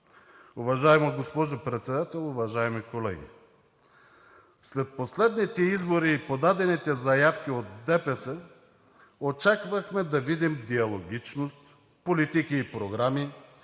Уважаема госпожо Председател, уважаеми колеги! След последните избори и подадените заявки от ДПС очаквахме да видим диалогичност, политики и програми,